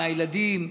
מהילדים.